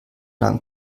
lang